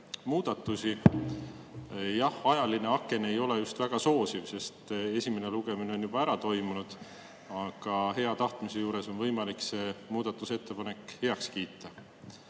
muutmist. Jah, ajaline aken ei ole just väga soosiv, sest esimene lugemine on juba ära toimunud, aga hea tahtmise juures on võimalik see muudatusettepanek heaks kiita.